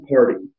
Party